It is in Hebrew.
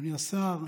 אדוני השר,